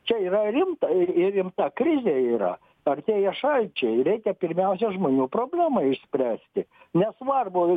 čia yra rimta ir ir rimta krizė yra artėja šalčiai reikia pirmiausia žmonių problemą išspręsti nesvarbu